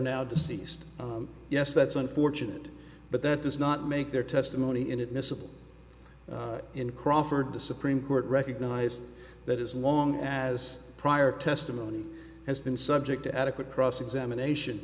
now deceased yes that's unfortunate but that does not make their testimony inadmissible in crawford the supreme court recognized that is long as prior testimony has been subject to adequate cross examination